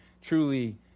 truly